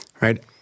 right